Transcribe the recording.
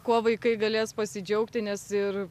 kuo vaikai galės pasidžiaugti nes ir